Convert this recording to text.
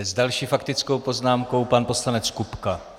S další faktickou poznámkou pan poslanec Kupka.